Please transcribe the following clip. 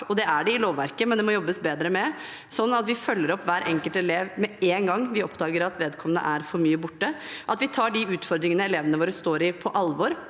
det er det i lovverket, men det må jobbes bedre med, sånn at vi følger opp hver en kelt elev med en gang vi oppdager at vedkommende er for mye borte – at vi tar de utfordringene elevene våre står i, på alvor,